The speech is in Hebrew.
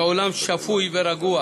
כעולם שפוי ורגוע.